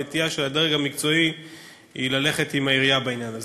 הנטייה של הדרג המקצועי היא ללכת עם העירייה בעניין הזה.